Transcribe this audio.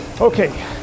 Okay